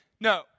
no